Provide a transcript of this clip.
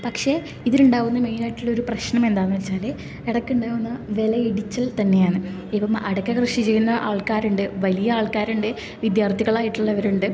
പക്ഷേ ഇതിലുണ്ടാവുന്ന മെയ്നായിട്ടുള്ള ഒരു പ്രശ്നം എന്താന്ന് വെച്ചാൽ ഇടക്കുണ്ടാവുന്ന വിലയിടിച്ചിൽ തന്നെയാന്ന് ഇപ്പം അടക്ക കൃഷി ചെയ്യുന്ന ആൾക്കാരുണ്ട് വലിയ ആൾക്കാരുണ്ട് വിദ്യാർഥിയ്ക്കായിട്ട്ള്ളവരുണ്ട്